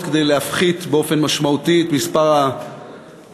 כדי להפחית באופן משמעותי את מספר המפוטרים.